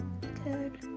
Good